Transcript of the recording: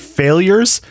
failures